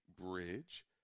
bridge